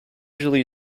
usually